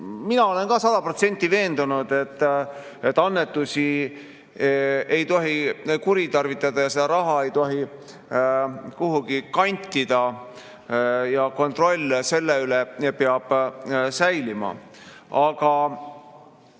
Mina olen ka sada protsenti veendunud, et annetusi ei tohi kuritarvitada, seda raha ei tohi kuhugi kantida ja kontroll selle üle peab säilima. Aga